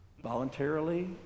voluntarily